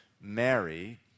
Mary